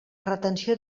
retenció